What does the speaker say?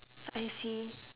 I see